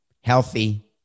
healthy